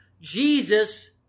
Jesus